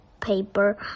paper